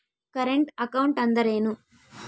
Current account ಅಂದರೇನು?